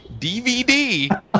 DVD